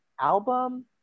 album